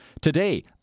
Today